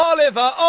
Oliver